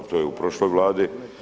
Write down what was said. To je u prošloj Vladi.